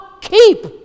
keep